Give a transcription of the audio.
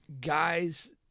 guys